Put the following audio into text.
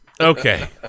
okay